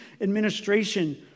administration